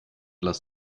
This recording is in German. lass